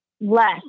less